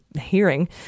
hearing